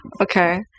Okay